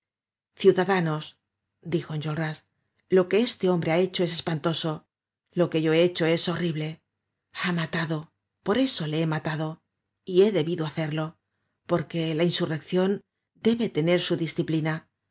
ciudadanos dijo enjolras lo que este hombre ha hecho es espantoso lo que yo he hecho es horrible ha matado por eso le he matado y he debido hacerlo porque la insurreccion debe tener su disciplina